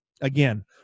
again